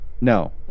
No